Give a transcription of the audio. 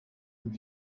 with